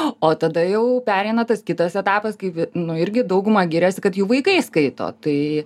o tada jau pereina tas kitas etapas kai vi nu irgi dauguma giriasi kad jų vaikai skaito tai